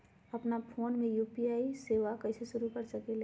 अपना फ़ोन मे यू.पी.आई सेवा कईसे शुरू कर सकीले?